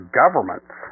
governments